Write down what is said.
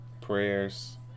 prayers